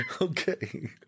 Okay